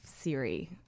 Siri